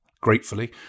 gratefully